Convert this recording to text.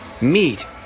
Meet